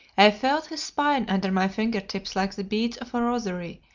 i felt his spine under my finger tips like the beads of a rosary,